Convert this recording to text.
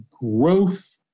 growth